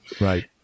right